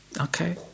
okay